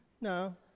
No